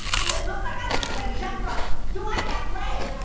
does it look like i want to play jump rope? do i have legs?